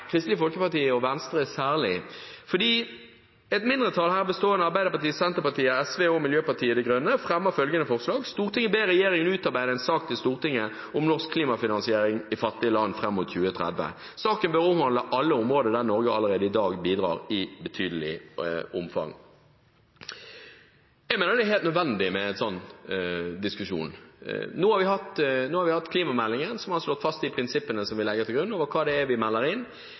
Miljøpartiet De Grønne fremmer følgende forslag: «Stortinget ber regjeringen utarbeide en sak til Stortinget om norsk klimafinansiering i fattige land fram mot 2030. Saken bør omhandle alle områder der Norge allerede i dag bidrar i betydelig omfang.» Jeg mener det er helt nødvendig med en slik diskusjon. Nå har vi hatt klimameldingen, som har slått fast de prinsippene vi legger til grunn for hva vi melder inn.